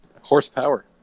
horsepower